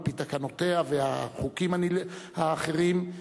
על-פי תקנותיה והחוקים האחרים,